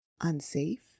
unsafe